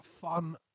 fun